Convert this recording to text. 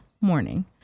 morning